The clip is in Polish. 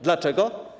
Dlaczego?